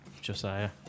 Josiah